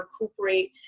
recuperate